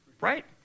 Right